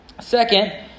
Second